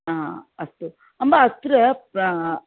हा अस्तु अम्ब अत्र प्र